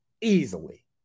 Easily